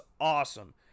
awesome